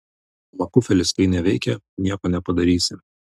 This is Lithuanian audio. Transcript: makufelis kai neveikia nieko nepadarysi